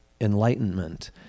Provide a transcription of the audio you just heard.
Enlightenment